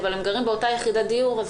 אבל הם גרים באותה יחידת דיור,